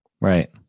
Right